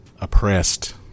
oppressed